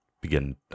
begin